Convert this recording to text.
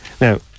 Now